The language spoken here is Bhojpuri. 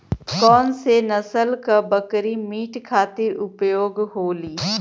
कौन से नसल क बकरी मीट खातिर उपयोग होली?